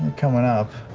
coming up.